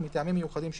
ומטעמים מיוחדים שיירשמו.